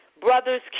brother's